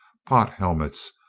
pot helmets,